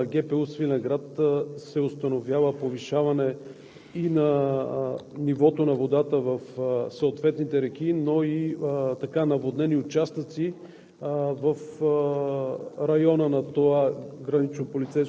при обхода вчера на границата в района на ГПУ – Свиленград, се установява повишаване и на нивото на водата в съответните реки, но и наводнени участъци